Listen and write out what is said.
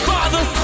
Father